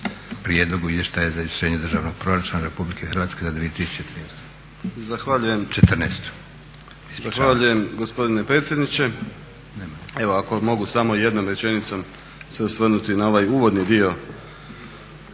prijedlogu izvještaja za izvršenje državnog proračuna RH za 2013. **Rađenović, Igor (SDP)** Zahvaljujem gospodine predsjedniče. Evo ako mogu samo jednom rečenicom se osvrnuti na ovaj uvodni dio